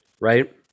right